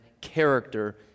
character